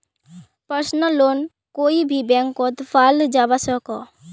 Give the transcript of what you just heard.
personal loan कोए भी बैंकोत पाल जवा सकोह